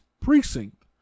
Precinct